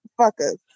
fuckers